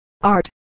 Art